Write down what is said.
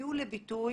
הביאו לביטוי